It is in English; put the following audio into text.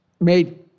made